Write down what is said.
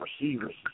receivers